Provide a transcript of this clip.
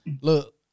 Look